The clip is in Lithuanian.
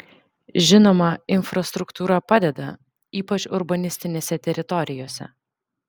žinoma infrastruktūra padeda ypač urbanistinėse teritorijose